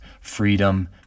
freedom